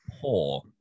poor